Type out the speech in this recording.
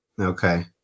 Okay